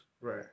Right